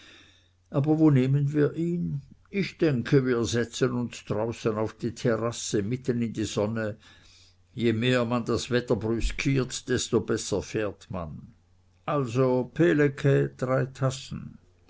aber wo nehmen wir ihn ich denke wir setzen uns draußen auf die terrasse mitten in die sonne je mehr man das wetter brüskiert desto besser fährt man also pehlecke drei tassen